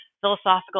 philosophical